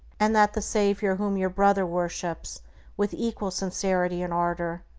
and that the savior whom your brother worships with equal sincerity and ardor,